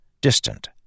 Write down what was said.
distant